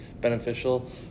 beneficial